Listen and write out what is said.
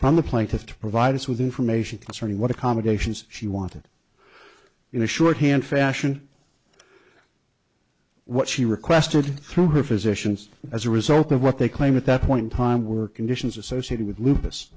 plaintiff to provide us with information concerning what accommodations she wanted in a shorthand fashion what she requested through her physicians as a result of what they claim at that point time were conditions associated with lupus